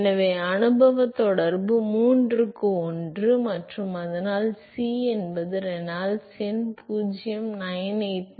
எனவே அனுபவத் தொடர்பு மூன்றுக்கு ஒன்று மற்றும் அதனால் C என்பது ரெனால்ட்ஸ் எண் 0